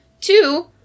Two